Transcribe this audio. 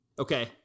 Okay